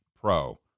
pro